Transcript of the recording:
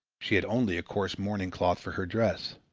she had only a coarse mourning cloth for her dress.